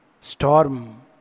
storm